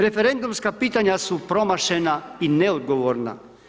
Referendumska pitanja su promašena i neodgovorna.